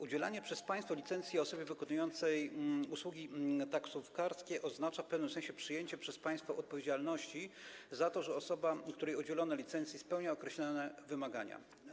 Udzielanie przez państwo licencji osobie wykonującej usługi taksówkarskie oznacza w pewnym sensie przyjęcie przez państwo odpowiedzialności za to, że osoba, której udzielono licencji, spełnia określone wymagania.